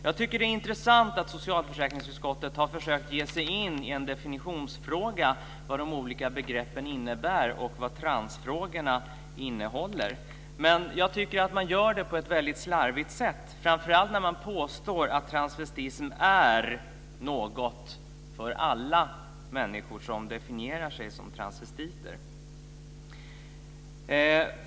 Jag tycker att det är intressant att socialförsäkringsutskottet har försökt ge sig in i en definitionsfråga när det gäller vad de olika begreppen innebär och vad transfrågorna innehåller, men jag tycker att man gör det på ett väldigt slarvigt sätt, framför allt när man påstår att transvestism är något för alla människor som definierar sig som transvestiter.